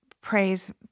praise